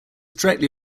directly